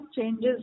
changes